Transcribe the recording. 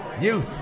Youth